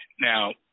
Now